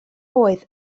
oedd